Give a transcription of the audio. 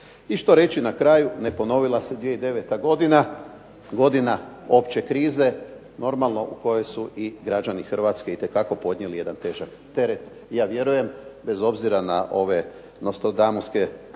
I što reći na kraju, ne ponovila se 2009. godina, godina opće krize, normalno u kojoj su i građani Hrvatske itekako podnijeli jedan težak teret. Ja vjerujem bez obzira na ove Nostradamuske